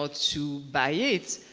ah to buy it.